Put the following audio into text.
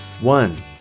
one